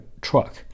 truck